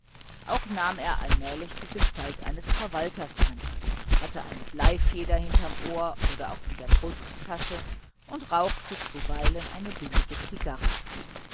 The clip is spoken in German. auch nahm er allmählich die gestalt eines verwalters an hatte eine bleifeder hinterm ohr oder auch in der brusttasche und rauchte zuweilen eine billige zigarre